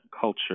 culture